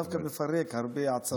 זה דווקא מפרק הרבה עצבים.